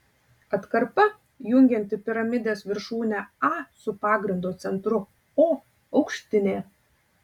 atkarpa jungianti piramidės viršūnę a su pagrindo centru o aukštinė